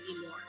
more